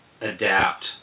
adapt